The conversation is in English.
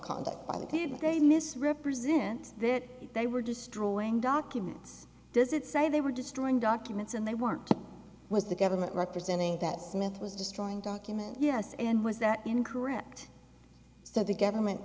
conduct by the team agree misrepresent that they were destroying documents does it say they were destroying documents and they weren't was the government representing that smith was destroying documents yes and was that incorrect so the government